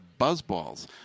BuzzBalls